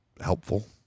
helpful